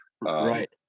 right